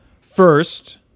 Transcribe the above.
First